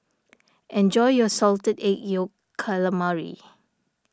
enjoy your Salted Egg Yolk Calamari